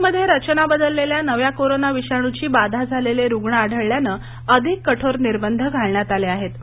कर्नाटकमध्ये रचना बदललेल्या नव्या कोरोना विषाणूची बाधा झालेले रुग्ण आढळल्यानं अधिक कठोर निर्बंध घालण्यात आले आहेत